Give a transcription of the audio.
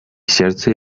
сердце